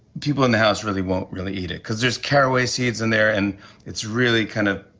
people in the house really won't really eat it, cause there's caraway seeds in there, and it's really kind of